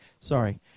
sorry